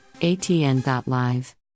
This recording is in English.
ATN.Live